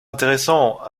intéressant